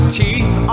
teeth